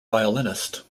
violinist